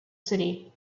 city